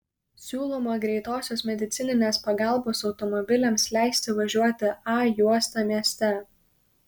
siūloma greitosios medicininės pagalbos automobiliams leisti važiuoti a juosta mieste